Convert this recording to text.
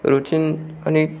routine माने